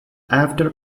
after